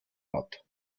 hat